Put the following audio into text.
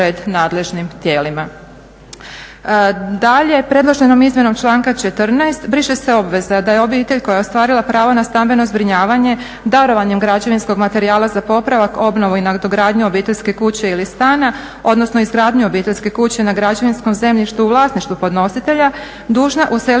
Dalje, predloženom izmjenom članka 14. briše se obveza da je obitelj koja je ostvarila pravo na stambeno zbrinjavanje darovanjem građevinskog materijala za popravak, obnovu i nadogradnju obiteljske kuće ili stana, odnosno izgradnju obiteljske kuće na građevinskom zemljištu u vlasništvu podnositelja, dužna useliti